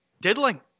diddling